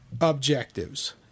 objectives